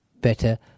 better